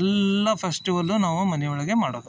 ಎಲ್ಲ ಫೆಸ್ಟಿವಲು ನಾವು ಮನೆ ಒಳಗೆ ಮಾಡೋದು